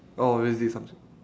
oh is it something